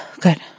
Good